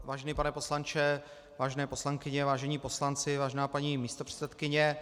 Vážený pane poslanče, vážené poslankyně, vážení poslanci, vážená paní místopředsedkyně.